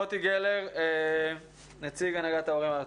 מוטי גלר, נציג הנהגת ההורים הארצית.